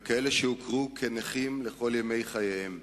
ואחרים הוכרו נכים לכל ימי חייהם.